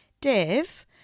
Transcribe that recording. Dave